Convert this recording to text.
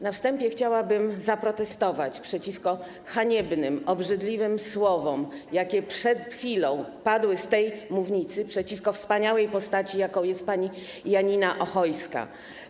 Na wstępie chciałabym zaprotestować przeciwko haniebnym, obrzydliwym słowom, jakie przed chwilą padły z tej mównicy przeciwko wspaniałej postaci, jaką jest pani Janina Ochojska.